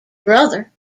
brother